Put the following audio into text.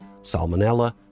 salmonella